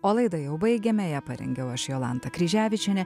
o laidą jau baigiame ją parengiau aš jolanta kryževičienė